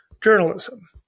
journalism